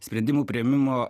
sprendimų priėmimo